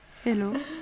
hello